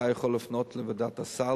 אתה יכול לפנות לוועדת הסל